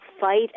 fight